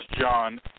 John